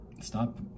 Stop